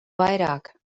vairāk